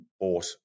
bought